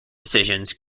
decisions